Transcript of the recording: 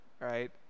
right